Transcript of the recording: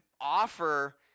offer